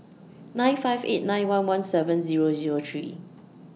nine five eight nine one one seven Zero Zero three